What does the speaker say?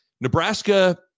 Nebraska